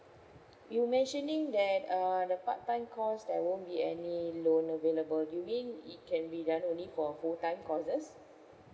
you mentioning that err the part time course there won't be any loan available you mean it can be done only for full time courses